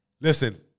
Listen